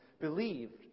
believed